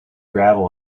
gravel